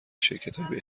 شرکتهای